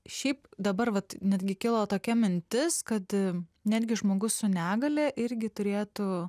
šiaip dabar vat netgi kilo tokia mintis kad netgi žmogus su negalia irgi turėtų